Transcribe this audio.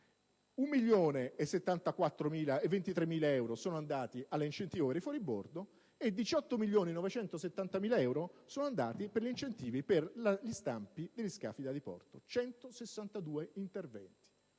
1.023.000 euro sono andati all'incentivo per i fuoribordo e 18.970.000 euro sono andati all'incentivo per gli stampi degli scafi da diporto: 162 interventi.